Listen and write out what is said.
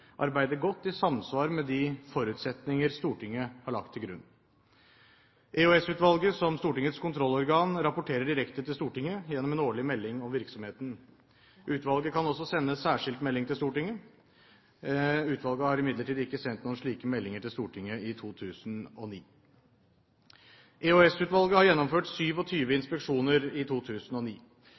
arbeider godt, i samsvar med de forutsetninger Stortinget har lagt til grunn. EOS-utvalget, som Stortingets kontrollorgan, rapporterer direkte til Stortinget gjennom en årlig melding om virksomheten. Utvalget kan også sende særskilt melding til Stortinget. Utvalget har imidlertid ikke sendt noen slike meldinger til Stortinget i 2009. EOS-utvalget har gjennomført 27 inspeksjoner i 2009.